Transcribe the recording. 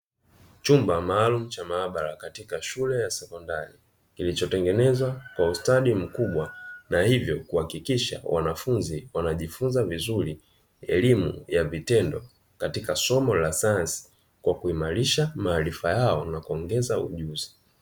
Chumba maalumu cha maabara katika shule ya sekondari kilichotengenezwa kwa ustadi mkubwa, na hivyo kuhakikisha wanafunzi wanajifunza vizuri elimu ya vitendo katika somo la sayansi, kwa kuimarisha maarifa yao na kuongeza ujuzi.